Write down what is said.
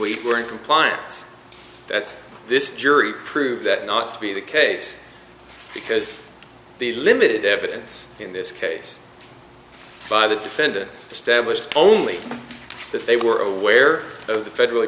we were in compliance that's this jury proved that not to be the case because the limited evidence in this case by the defendant established only that they were aware of the federally